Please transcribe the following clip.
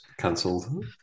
cancelled